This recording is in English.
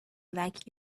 like